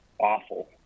awful